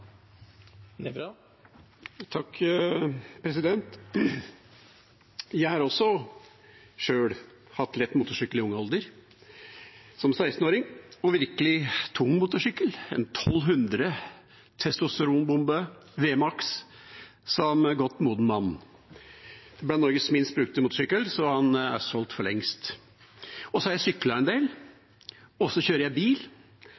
Jeg har også sjøl hatt lett motorsykkel i ung alder, som 16-åring, og virkelig tung motorsykkel – en 1 200-testosteronbombe V-max – som godt moden mann. Den var blant Norges minst brukte motorsykler, så den er solgt for lengst. Jeg har også syklet en del, og jeg kjører bil